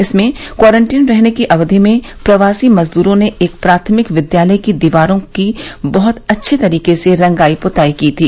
इसमें क्वारंटीन रहने की अवधि में प्रवासी मजदूरों ने एक प्राथमिक विद्यालय की दीवारों की बहत अच्छे तरीके से रंगाई पुताई की थी